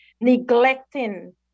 neglecting